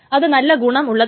അത് നല്ല ഗുണം ഉള്ളതാണ്